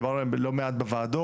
דיברנו עליהם לא מעט בוועדות.